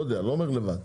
לא יודע לא אומר לבד,